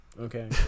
okay